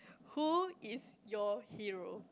who is your hero